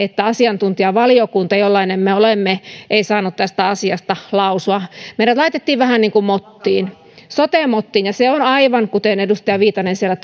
että asiantuntijavaliokunta jollainen me olemme ei saanut tästä asiasta lausua meidät laitettiin vähän niin kuin mottiin sote mottiin ja se on aivan kuten edustaja viitanen siellä